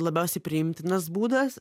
yra labiausiai priimtinas būdas